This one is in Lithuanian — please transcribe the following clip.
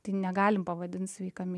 tai negalim pavadint sveika mi